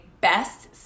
best